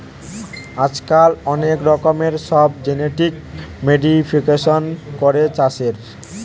আজকাল অনেক রকমের সব জেনেটিক মোডিফিকেশান করে চাষের